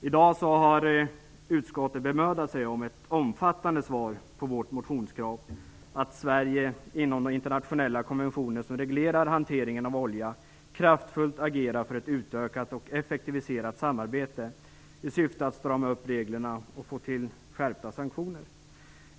I dag har utskottet bemödat sig om ett omfattande svar på vårt motionskrav att Sverige inom de internationella konventioner som reglerar hanteringen av olja kraftfullt agerar för ett utökat och effektiverat samarbete i syfte att strama upp reglerna och få till skärpta sanktioner.